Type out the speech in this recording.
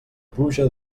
pluja